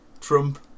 Trump